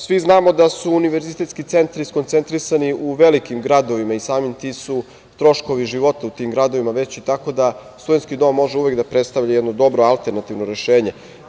Svi znamo da su univerzitetski centri skoncentrisani u velikim gradovima i samim tim su troškovi života u tim gradovima veći, tako da studentski dom može uvek da predstavlja jedno dobro alternativno rešenje.